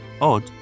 Odd